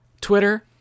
Twitter